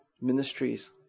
ministries